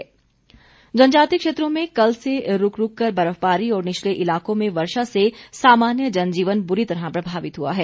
मौसम जनजातीय क्षेत्रों में कल से रूक रूक कर बर्फबारी और निचले इलाकों में वर्षा से सामान्य जनजीवन बुरी तरह प्रभावित हुआ है